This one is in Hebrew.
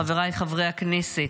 חבריי חברי הכנסת,